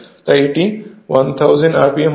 তাই এটি 1000 rpm হবে